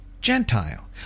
Gentile